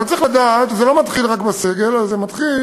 אבל צריך לדעת שזה לא מתחיל רק בסגל, זה מתחיל